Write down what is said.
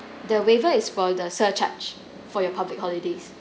the waiver is for the surcharge for your public holidays